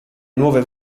nuove